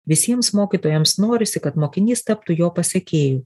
visiems mokytojams norisi kad mokinys taptų jo pasekėju